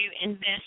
invest